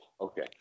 Okay